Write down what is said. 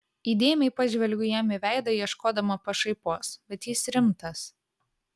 įdėmiai pažvelgiu jam į veidą ieškodama pašaipos bet jis rimtas